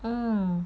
um